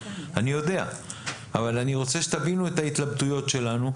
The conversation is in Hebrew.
אבל אני רוצה שתבינו את ההתלבטויות שלנו.